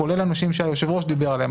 כולל הנושים שהיו"ר דיבר עליהם,